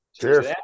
Cheers